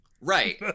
Right